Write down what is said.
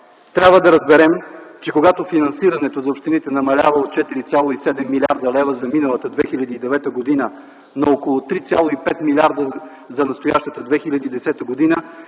Трябва да разберем, че когато финансирането на общините намалява от 4,7 млрд. лв. за миналата 2009 г. на около 3,5 млрд. лв. за настоящата 2010 г.,